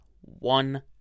one